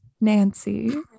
Nancy